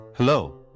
Hello